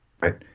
Right